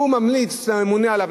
והוא ממליץ לממונה עליו,